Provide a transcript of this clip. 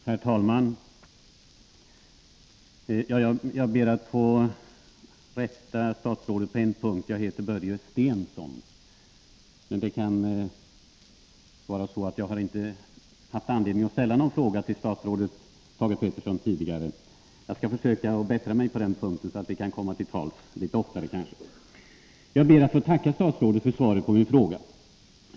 Herr talman! Jag ber att få rätta statsrådet på en punkt: Jag heter Börje Stensson. Det kan vara så att jag inte haft anledning att ställa någon fråga till statsrådet Thage Peterson tidigare. Jag skall försöka bättra mig på den punkten, så att vi kan komma till tals litet oftare. Jag ber att få tacka statsrådet för svaret på min fråga.